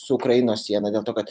su ukrainos siena dėl to kad